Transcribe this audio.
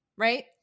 right